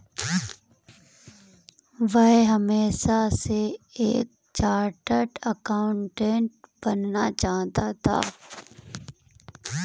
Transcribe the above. वह हमेशा से एक चार्टर्ड एकाउंटेंट बनना चाहता था